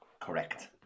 Correct